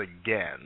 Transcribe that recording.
again